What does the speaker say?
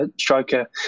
striker